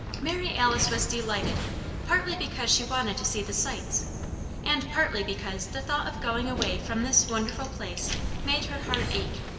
mary alice was delighted partly because she wanted to see the sights and partly because the thought of going away from this wonderful place made her heart ache.